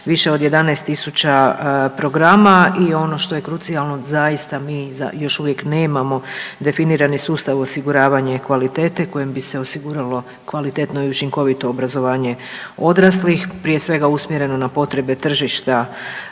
više od 11.000 programa i ono što je krucijalno zaista mi za još uvijek nemamo definirani sustav osiguravanje kvalitete kojim bi se osiguralo kvalitetno i učinkovito obrazovanje odraslih. Prije svega usmjereno na potrebe tržišta